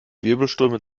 wirbelströme